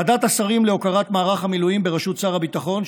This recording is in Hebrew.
ועדת השרים להוקרת מערך המילואים בראשות שר הביטחון,